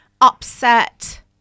upset